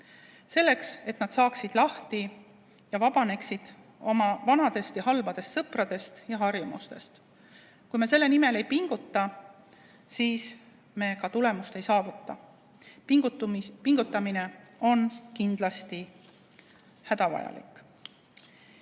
teenuseid, et nad saaksid lahti, vabaneksid oma vanadest halbadest sõpradest ja harjumustest. Kui me selle nimel ei pinguta, siis me ka tulemust ei saavuta. Pingutamine on kindlasti hädavajalik.